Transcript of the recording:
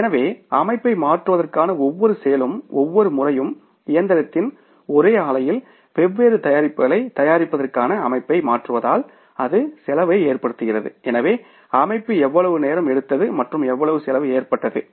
எனவே அமைப்பை மாற்றுவதற்கான ஒவ்வொரு செயலும் ஒவ்வொரு முறையும் இயந்திரத்தின் ஒரே ஆலையில் வெவ்வேறு தயாரிப்புகளை தயாரிப்பதற்கான அமைப்பை மாற்றுவதால் அது செலவை ஏற்படுத்துகிறது எனவே அமைப்பு எவ்வளவு நேரம் எடுத்தது மற்றும் எவ்வளவு செலவு ஏற்பட்டது